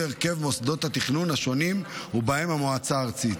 הרכב מוסדות התכנון השונים ובהם המועצה הארצית,